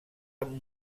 amb